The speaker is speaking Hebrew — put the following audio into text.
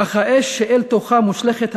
אך האש שאל תוכה המנורה מושלכת,